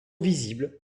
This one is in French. visibles